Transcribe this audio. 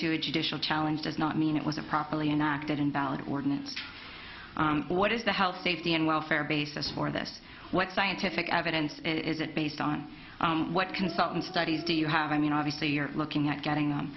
a judicial challenge does not mean it was a properly enacted invalid ordinance what is the health safety and welfare basis for this what scientific evidence is it based on what consultant studies do you have i mean obviously you're looking at getting